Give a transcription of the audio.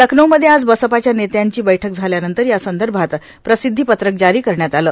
लखनऊमध्ये आज बसपाच्या नेत्यांची बैठक झाल्यानंतर या संदर्भात प्रसिद्धीपत्रक जारी करण्यात आलं